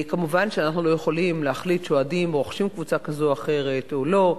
מובן שאנחנו לא יכולים להחליט שאוהדים רוכשים קבוצה כזאת או אחרת או לא,